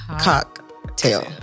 cocktail